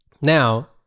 Now